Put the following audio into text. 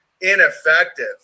ineffective